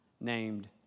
named